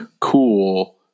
cool